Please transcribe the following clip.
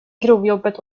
grovjobbet